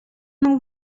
know